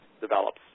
develops